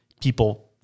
people